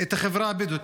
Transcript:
את החברה הבדואית.